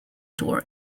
tour